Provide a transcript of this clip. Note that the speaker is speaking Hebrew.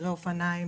צירי אופניים,